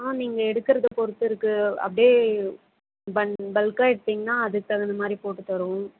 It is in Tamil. ஆ நீங்கள் எடுக்கறதை பொறுத்து இருக்கு அப்படியே பன் பல்காக எடுத்திங்கன்னா அதுக்கு தகுந்த மாதிரி போட்டு தருவோம்